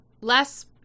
less